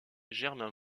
germain